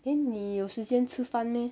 then 你有时间吃饭 meh